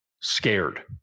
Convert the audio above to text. scared